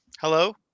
Hello